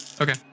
Okay